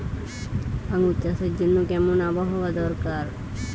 আঙ্গুর চাষের জন্য কেমন আবহাওয়া দরকার?